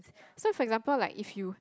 so for example like if you